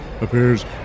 appears